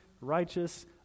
righteous